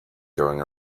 going